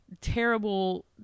terrible